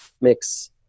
mix